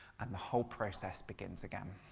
and the whole process begins again.